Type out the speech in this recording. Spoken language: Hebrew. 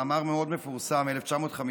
מאמר מאוד מפורסם מ-1957,